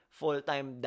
full-time